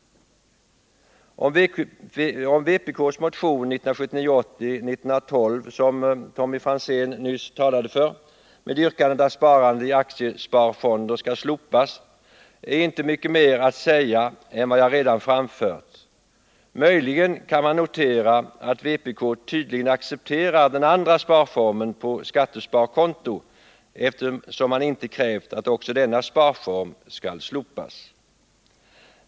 Om vpk:s motion 1979/80:1912, som Tommy Franzén nyss talade för, med yrkandet att sparande i aktiesparfonder skall slopas är inte mycket mer att säga än vad jag redan framfört. Möjligen kan man notera att vpk tydligen accepterar den andra sparformen, alltså sparande på skattesparkonto, eftersom man inte krävt att också denna skall slopas.